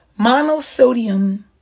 monosodium